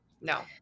No